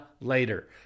later